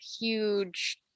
huge